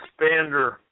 expander